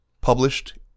Published